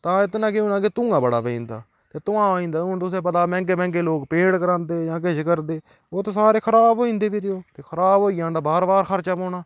तां इत्त ने केह् होना के धुआं बड़ा पेई जंदा ते धुआं होई जंदा हून तुसेंगी पता मैंह्गे मैंह्गे लोक पेंट करांदे जां किश करदे ओह् ते सारे खराब होई जंदे फिर ओह् ते खराब होई जान ते बार बार खर्चा पौना